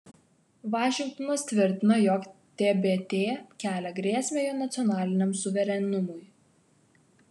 vašingtonas tvirtina jog tbt kelia grėsmę jo nacionaliniam suverenumui